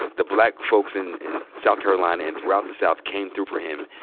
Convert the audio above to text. the black folks in in south carolina and throughout the south came through for him.